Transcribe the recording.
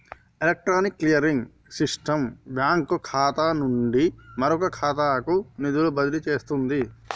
electronic clearing system bank ఖాతా నుండి మరొక ఖాతాకు నిధులు బదిలీ చేస్తుంది